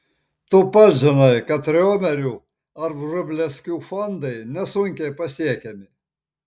tu pats žinai kad riomerių ar vrublevskių fondai nesunkiai pasiekiami